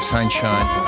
Sunshine